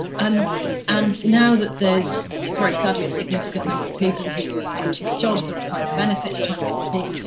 um and now that there's very sadly, a significant number of people who are losing their jobs, they're applying for benefit, they're trying to get support,